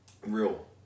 Real